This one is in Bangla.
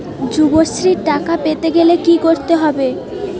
যুবশ্রীর টাকা পেতে গেলে কি করতে হবে?